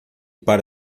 para